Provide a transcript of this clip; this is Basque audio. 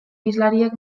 hizlariek